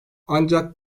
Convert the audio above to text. ancak